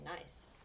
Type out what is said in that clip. nice